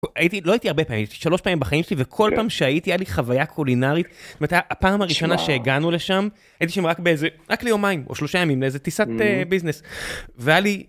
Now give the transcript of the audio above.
הייתי, לא הייתי הרבה פעמים, הייתי שלוש פעמים בחיים שלי וכל פעם שהייתי היה לי חוויה קולינארית. הפעם הראשונה שהגענו לשם, הייתי שם רק באיזה רק ליומיים או שלושה ימים לאיזה טיסת ביזנס.